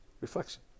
reflection